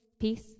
peace